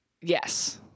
Yes